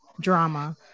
drama